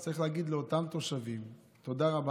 אז צריך להגיד לאותם תושבים תודה רבה